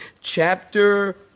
chapter